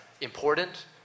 important